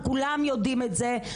כולם יודעים את זה,